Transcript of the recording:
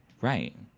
Right